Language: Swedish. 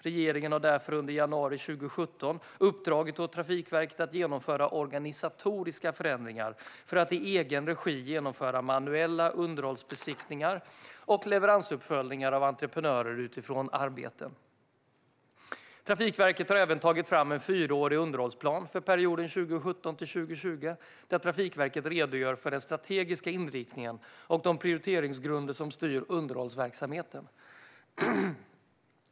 Regeringen har därför under januari 2017 uppdragit åt Trafikverket att genomföra organisatoriska förändringar för att i egen regi genomföra manuella underhållsbesiktningar och leveransuppföljningar av entreprenörernas utförda arbeten. Trafikverket har även tagit fram en fyraårig underhållsplan för perioden 2017-2020 där Trafikverket redogör för den strategiska inriktningen och de prioriteringsgrunder som styr underhållsverksamheten.